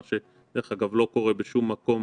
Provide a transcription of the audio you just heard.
מה שדרך אגב לא קורה בשום מקום,